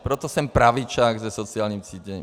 Proto jsem pravičák se sociálním cítěním.